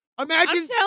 Imagine